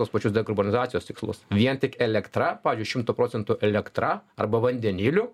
tuos pačius dekarbonizacijos tikslus vien tik elektra pavyzdžiui šimto procentu elektra arba vandeniliu